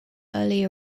early